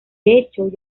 hecho